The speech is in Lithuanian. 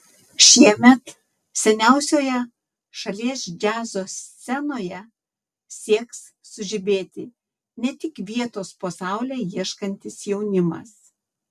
šiemet seniausioje šalies džiazo scenoje sieks sužibėti ne tik vietos po saule ieškantis jaunimas